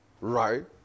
right